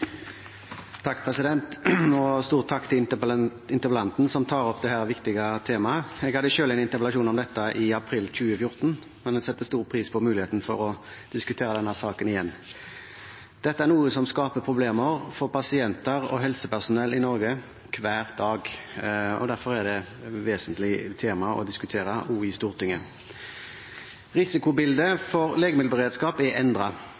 til interpellanten, som tar opp dette viktige temaet. Jeg hadde selv en interpellasjon om dette i april 2014, men jeg setter stor pris på muligheten til å diskutere denne saken igjen. Dette er noe som skaper problemer for pasienter og helsepersonell i Norge hver dag, og derfor er det et vesentlig tema å diskutere også i Stortinget. Risikobildet for legemiddelberedskap er